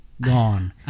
gone